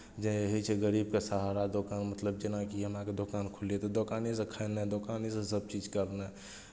जे होइ छै गरीबके सहारा दोकान मतलब जेनाकि हमरा आरकेँ दोकान खोललियै तऽ दोकानेसँ खयनाइ दोकानेसँ सभचीज करनाइ